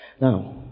Now